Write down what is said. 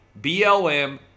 BLM